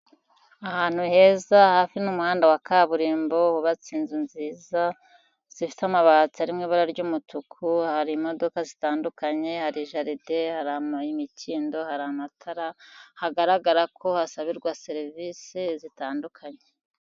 Ahantu heza hafi n'umuhanda wa kaburimbo, hubatse inzu nziza zifite amabati ari mu ibara ry'umutuku, hari imodoka zitandukanye, hari jaride, hari imikindo, hari amatara, hagaragara ko hasabirwa serivisi zitandukanye.